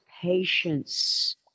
patience